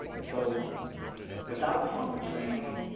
so without trauma training,